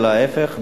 אלא ההיפך,